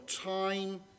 time